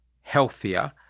healthier